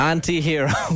Anti-hero